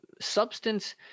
substance